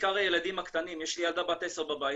בעיקר הילדים הקטנים, יש לי ילדה בת 10 בבית